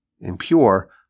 impure